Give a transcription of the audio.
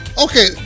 Okay